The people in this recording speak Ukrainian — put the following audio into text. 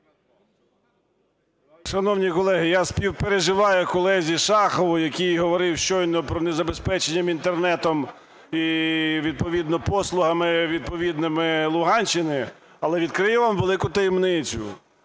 Шановні колеги, я співпереживаю колезі Шахову, який говорив щойно про незабезпечення інтернетом і відповідно послугами відповідними Луганщини. Але відкрию вам велику таємницю: